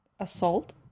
assault